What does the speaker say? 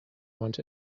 want